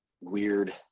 weird